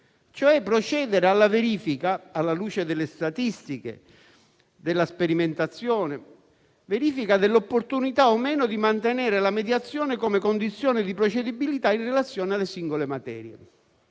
procedere cioè alla verifica, alla luce delle statistiche e della sperimentazione, dell'opportunità o meno di mantenere la mediazione come condizione di procedibilità in relazione alle singole materie.